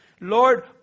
Lord